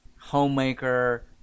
homemaker